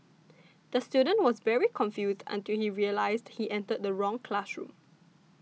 the student was very confused until he realised he entered the wrong classroom